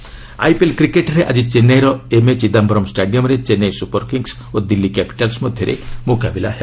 IPL cricket IPL କ୍ରିକେଟ୍ରେ ଆଜି ଚେନ୍ସାଇର ଏମ୍ଏ ଚିଦାୟରମ୍ ଷ୍ଟାଡିୟମ୍ରେ ଚେନ୍ନାଇ ସୁପର୍ କିଙ୍ଗ୍ସ୍ ଓ ଦିଲ୍ଲୀ କ୍ୟାପିଟାଲ୍ସ୍ ମଧ୍ୟରେ ମୁକାବିଲା ହେବ